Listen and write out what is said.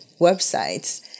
websites